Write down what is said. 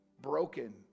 broken